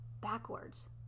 backwards